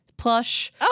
plush